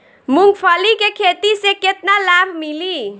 मूँगफली के खेती से केतना लाभ मिली?